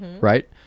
right